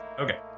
Okay